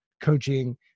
coaching